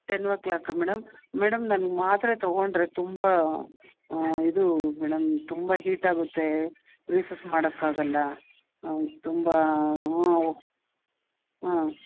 ten o'clock madam madam ನನ್ಗೆ ಮಾತ್ರೆ ತಗೊಂಡರೆ ತುಂಬ ಇದು ಮೇಡಮ್ ತುಂಬ ಹೀಟಾಗುತ್ತೆ ರಿಸಸ್ ಮಾಡೋಕ್ಕಾಗಲ್ಲ ತುಂಬ ಹಾಂ